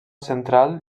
central